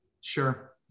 Sure